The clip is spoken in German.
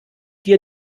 dir